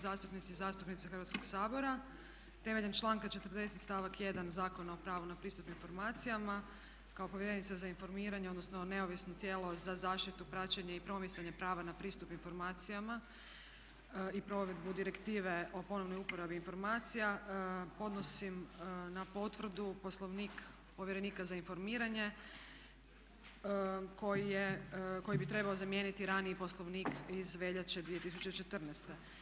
zastupnice Hrvatskog sabora temeljem članaka 40. stavak 1. Zakona o pravu na pristup informacijama kao povjerenica za informiranje, odnosno neovisno tijelo za zaštitu, praćenje i promicanje prava na pristup informacijama i provedbu direktive o ponovnoj uporabi informacija podnosim na potvrdu Poslovnik povjerenika za informiranje koji bi trebao zamijeniti raniji Poslovnik iz veljače 2014.